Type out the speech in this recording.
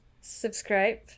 Subscribe